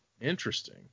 interesting